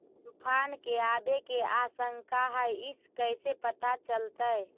तुफान के आबे के आशंका है इस कैसे पता चलतै?